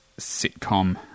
sitcom